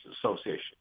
Association